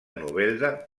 novelda